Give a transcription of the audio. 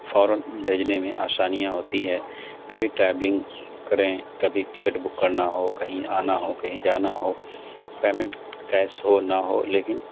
فوراً بھیجنے میں آسانیاں ہوتی ہے کبھی ٹریولنگ کریں کبھی ٹکٹ بک کرنا ہو کہیں آنا ہو کہیں جانا ہو پیمنٹ کیس ہو نہ ہو لیکن